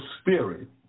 spirit